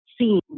seen